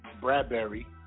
Bradbury